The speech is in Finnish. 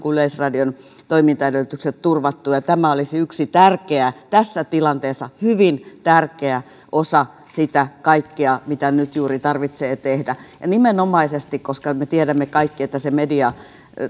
median kuin yleisradion toimintaedellytykset turvattu tämä olisi yksi tärkeä tässä tilanteessa hyvin tärkeä osa sitä kaikkea mitä nyt juuri tarvitsee tehdä nimenomaisesti koska me me tiedämme kaikki että median